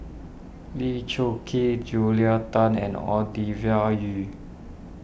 Lee Choon Kee Julia Tan and Yu